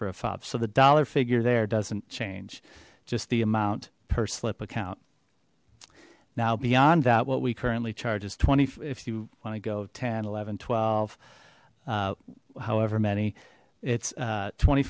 fob so the dollar figure there doesn't change just the amount per slip account now beyond that what we currently charge is twenty if you want to go ten eleven twelve however many it's twenty